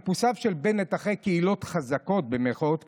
אחרי "קהילות חזקות", במירכאות כפולות,